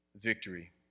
victory